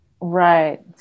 Right